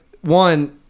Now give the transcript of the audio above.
One